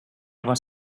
was